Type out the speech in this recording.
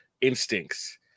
instincts